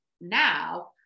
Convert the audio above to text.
now